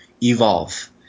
evolve